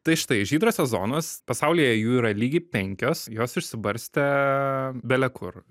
tai štai žydrosios zonos pasaulyje jų yra lygiai penkios jos išsibarstę belekur